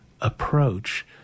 approach